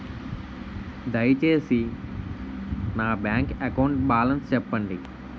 దయచేసి నా bank account balance చెప్పండి